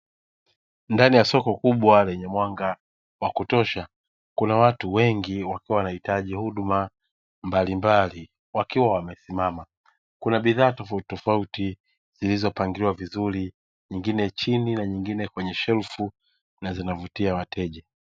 Ndani ya soko kubwa lenye mwanga wa kutosha kuna watu wengi wakiwa wanahitaji huduma mbalimbali wakiwa wamesimama, kuna bidhaa tofauti tofauti zilizopangiliwa vizuri nyingine chini na nyingine kwenye shelfu na zinavutia wateja.